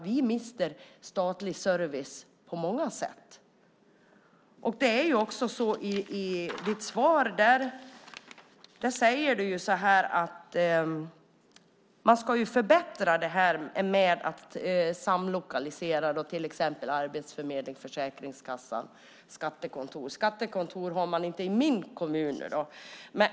Vi mister statlig service på många sätt. I svaret säger ministern att man ska förbättra samlokalisering av till exempel Arbetsförmedlingen, Försäkringskassan och skattekontor. Skattekontor har man inte i min kommun.